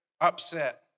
upset